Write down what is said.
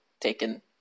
taken